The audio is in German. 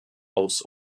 aus